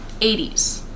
80s